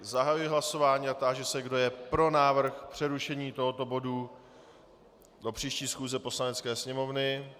Zahajuji hlasování a táži se, kdo je pro návrh přerušení tohoto bodu do příští schůze Poslanecké sněmovny.